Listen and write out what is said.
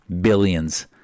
Billions